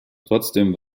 trotzdem